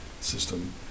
system